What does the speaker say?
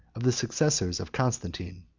of the successors of constantine.